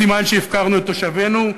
סימן שהפקרנו את תושבינו,